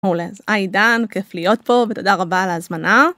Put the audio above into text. מעולה, היי עידן כיף להיות פה ותודה רבה על ההזמנה.